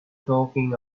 talking